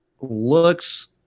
looks